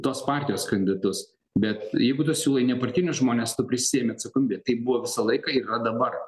tos partijos kandidatus bet jeigu tu siūlai nepartinius žmones tu prisiimi atsakomybę tai buvo visą laiką ir yra dabar